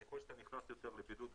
ככל שאתה נכנס יותר לבידוד,